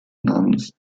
namens